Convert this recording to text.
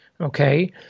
okay